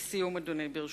לסיום, אדוני, ברשותך,